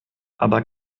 aber